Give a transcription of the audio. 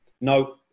No